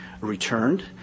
returned